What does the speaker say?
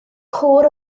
côr